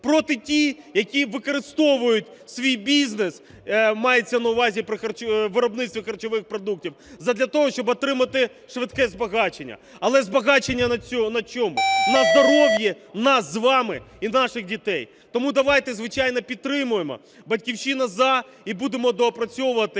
Проти ті, які використовують свій бізнес, мається на увазі виробництво харчових продуктів, задля того, щоб отримати швидке збагачення. Але збагачення на чому? На здоров'ї нас з вами і наших дітей. Тому давайте... Звичайно, підтримуємо, "Батьківщина" – за, і будемо доопрацьовувати.